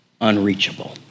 unreachable